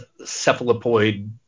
cephalopoid